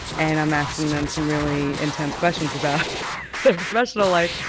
and i'm asking them some really intense questions about their professional life.